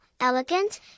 elegant